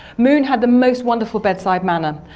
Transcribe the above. moon had the most wonderful bedside manner,